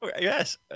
Yes